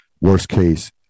worst-case